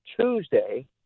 Tuesday